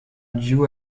duo